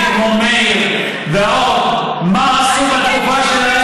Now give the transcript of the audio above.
ואני זוכר את הכנסת,